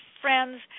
friends